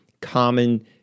common